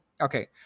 okay